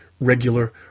regular